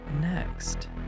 next